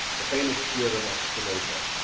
the famous theorem of spinoza,